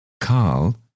Karl